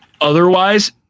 otherwise